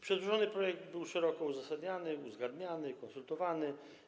Przedłożony projekt był szeroko uzasadniany, uzgadniany, konsultowany.